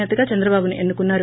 నేతగా చంద్రబాబును ఎన్ను కున్నారు